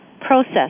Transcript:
process